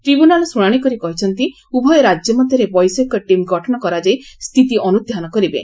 tribunal ଶୁଣାଶି କରି କହିଛନ୍ତି ଉଭୟ ରାଜ୍ୟ ମଧରେ ବୈଷୟିକ ଟିମ୍ ଗଠନ କରାଯାଇ ସ୍ଥିତି ଅନୁଧ୍ଧାନ କରିବେ